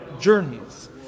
journeys